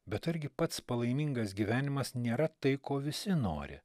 bet argi pats palaimingas gyvenimas nėra tai ko visi nori